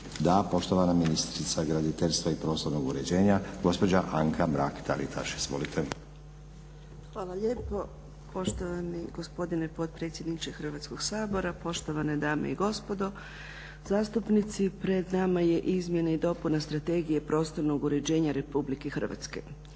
Da. Poštovana ministrica graditeljstva i prostornog uređenja gospođa Anka Mrak Taritaš. Izvolite. **Mrak-Taritaš, Anka (HNS)** Hvala lijepo poštovani gospodine potpredsjedniče Hrvatskog sabora, poštovane dame i gospodo zastupnici. Pred nama su izmjene i dopune Strategije prostornog uređenja RH. Dakle,